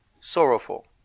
sorrowful